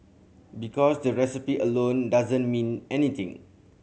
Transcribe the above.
because the recipe alone doesn't mean anything